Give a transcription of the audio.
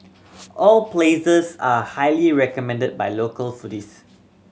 all places are highly recommended by local foodies